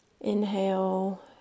Inhale